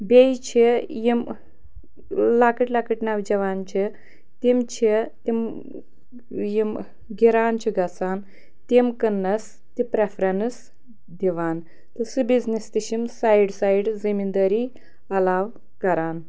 بیٚیہِ چھِ یِم لۄکٕٹۍ لۄکٕٹۍ نَوجوان چھِ تِم چھِ تِم یِم گِران چھِ گژھان تِم کٕنٛنَس تہِ پرٛٮ۪فرٮ۪نٕس دِوان تہٕ سُہ بِزنِس تہِ چھِ یِم سایِڈ سایِڈ زمیٖندٲری علاو کَران